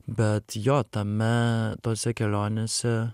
bet jo tame tose kelionėse